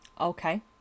Okay